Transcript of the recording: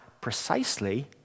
precisely